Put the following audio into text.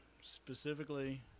Specifically